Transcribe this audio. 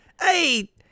Hey